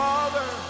Father